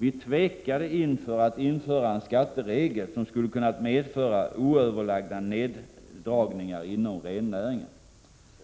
Vi tvekade inför att införa en skatteregel, som skulle ha kunnat medföra oöverlagda neddragningar inom rennäringen.